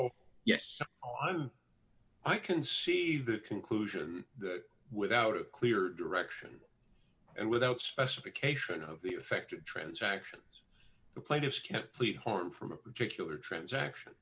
oh yes i can see the conclusion without a clear direction and without specification of the affected transactions the plaintiffs can't plead harm from a particular transaction